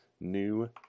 new